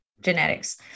genetics